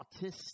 autistic